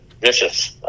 vicious